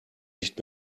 nicht